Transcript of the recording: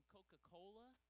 Coca-Cola